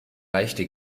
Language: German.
leichte